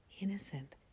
innocent